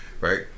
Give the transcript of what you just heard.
right